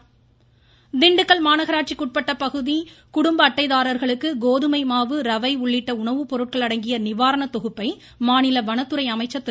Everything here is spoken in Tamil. திண்டுக்கல் ஸ்ரீனிவாசன் திண்டுக்கல் மாநகராட்சிக்குட்பட்ட பகுதி குடும்ப அட்டை தாரர்களுக்கு கோதுமை மாவு ரவை உள்ளிட்ட உணவு பொருட்கள் அடங்கிய நிவாரண தொகுப்பை மாநில வனத்துறை அமைச்சர் திரு